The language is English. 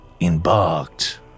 embarked